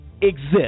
exist